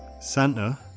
Santa